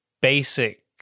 basic